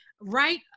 right